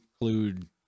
include